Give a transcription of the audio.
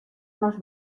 nos